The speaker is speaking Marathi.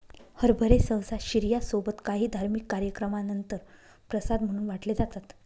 हरभरे सहसा शिर्या सोबत काही धार्मिक कार्यक्रमानंतर प्रसाद म्हणून वाटले जातात